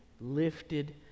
lifted